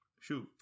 Shoot